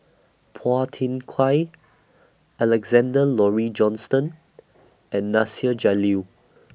Phua Thin Kiay Alexander Laurie Johnston and Nasir Jalil